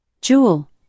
Jewel